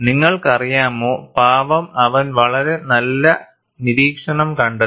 നിങ്ങൾക്കറിയാമോ പാവം അവൻ വളരെ നല്ല നിരീക്ഷണം കണ്ടെത്തി